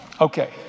Okay